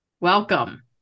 Welcome